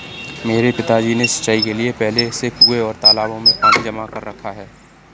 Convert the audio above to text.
मेरे पिताजी ने सिंचाई के लिए पहले से कुंए और तालाबों में पानी जमा कर रखा है